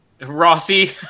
Rossi